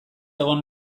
egon